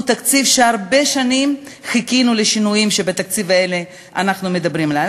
הוא תקציב שהרבה שנים חיכינו לשינויים האלה בתקציב שאנחנו מדברים עליהם,